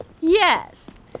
Yes